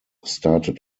started